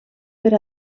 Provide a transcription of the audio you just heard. per